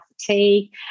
Fatigue